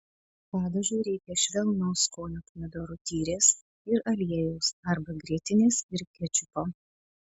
padažui reikia švelnaus skonio pomidorų tyrės ir aliejaus arba grietinės ir kečupo